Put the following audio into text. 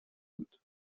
بود